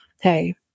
hey